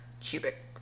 cubic